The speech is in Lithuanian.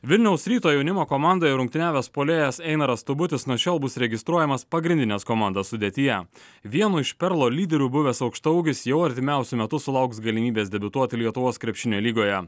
vilniaus ryto jaunimo komandoje rungtyniavęs puolėjas einaras tubutis nuo šiol bus registruojamas pagrindinės komandos sudėtyje vienu iš perlo lyderių buvęs aukštaūgis jau artimiausiu metu sulauks galimybės debiutuoti lietuvos krepšinio lygoje